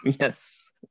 Yes